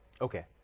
Okay